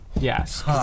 Yes